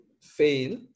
fail